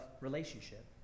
relationship